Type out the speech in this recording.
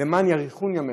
"למען יאריכון ימיך".